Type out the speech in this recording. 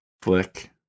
flick